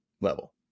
level